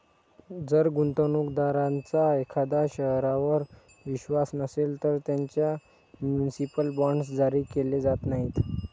जर गुंतवणूक दारांचा एखाद्या शहरावर विश्वास नसेल, तर त्यांना म्युनिसिपल बॉण्ड्स जारी केले जात नाहीत